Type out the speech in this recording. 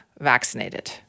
vaccinated